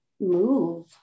move